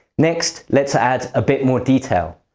next, let's add a bit more detail.